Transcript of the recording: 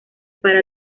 para